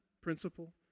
principle